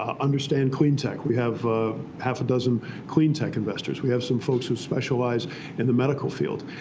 um understand clean tech. we have ah half a dozen clean tech investors. we have some folks who specialize in the medical field.